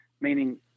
meaning